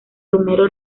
romero